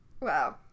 wow